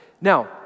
Now